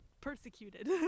persecuted